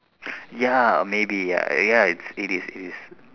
ya maybe ya ya i's it is it is